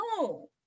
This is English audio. no